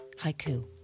haiku